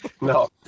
No